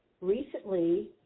recently